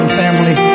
family